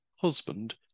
husband